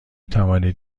توانید